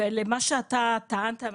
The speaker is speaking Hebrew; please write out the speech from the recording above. למה שאתה טענת,